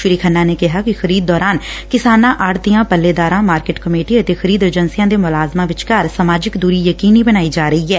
ਸ੍ਰੀ ਖੰਨਾ ਨੇ ਕਿਹਾ ਕਿ ਖਰੀਦ ਦੌਰਾਨ ਕਿਸਾਨਾਂ ਆੜਤੀਆਂ ਪੱਲੇਦਾਰਾਂ ਅਤੇ ਮਾਰਕਿਟ ਕਮੇਟੀ ਅਤੇ ਖਰੀਦ ਏਜੰਸੀਆਂ ਦੇ ਮੁਲਾਜ਼ਮਾਂ ਵਿਚਕਾਰ ਸਮਾਜਿਕ ਦੁਰੀ ਯਕੀਨੀ ਬਣਾਈ ਜਾ ਰਹੀ ਐ